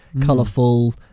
colourful